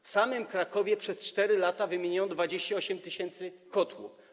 W samym Krakowie przez 4 lata wymieniono 28 tys. kotłów.